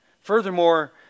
Furthermore